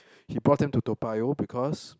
he bought them to Toa-Payoh because